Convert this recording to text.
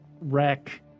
wreck